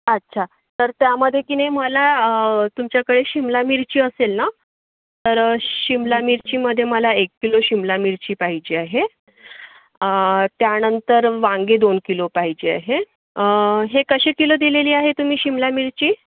अच्छा तर त्यामध्ये किनी मला तुमच्याकडे शिमला मिरची असेल ना तर श शिमला मिरचीमध्ये मला एक किलो शिमला मिरची पाहिजे आहे त्यानंतर वांगे दोन किलो पाहिजे आहे हे कसे किलो दिलेली आहे तुम्ही शिमला मिरची